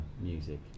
music